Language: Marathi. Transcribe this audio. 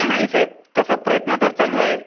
नाही साहेब तसा प्रयत्न तर चालू आहे